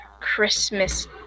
Christmas